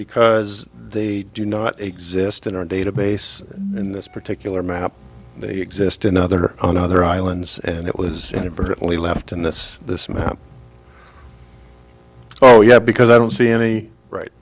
because they do not exist in our database in this particular map they exist in other on other islands and it was inadvertently left in this this map oh yeah because i don't see any right